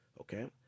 okay